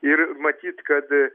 ir matyt kad